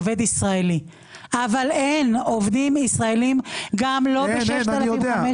רק שאין עובדים ישראלים גם לא ב-6,500.